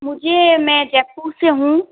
मुझे मैं जयपुर से हूँ